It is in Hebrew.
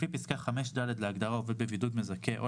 לפי פסקה (5)(ד) להגדרה "עובד בבידוד מזכה" או